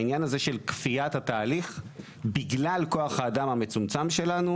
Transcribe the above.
העניין הזה של כפיית התהליך בגלל כוח האדם המצומצם שלנו,